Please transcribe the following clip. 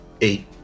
eight